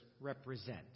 represent